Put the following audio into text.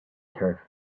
turf